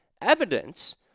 evidence